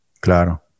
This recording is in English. Claro